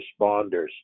responders